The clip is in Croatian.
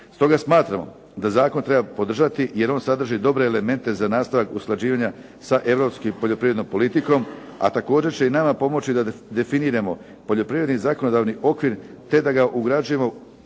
Stoga smatramo da zakon treba podržati jer on sadrži dobre elemente za nastavak usklađivanja sa europskom poljoprivrednom politikom a također će i nama pomoći da definiramo poljoprivredni zakonodavni okvir te da ga ugrađujemo